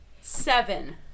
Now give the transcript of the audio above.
Seven